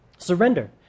Surrender